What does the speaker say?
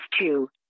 two